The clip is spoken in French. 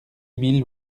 mille